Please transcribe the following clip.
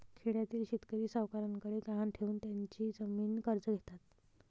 खेड्यातील शेतकरी सावकारांकडे गहाण ठेवून त्यांची जमीन कर्ज घेतात